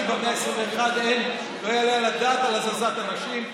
שבמאה ה-21 לא תעלה על הדעת הזזת אנשים.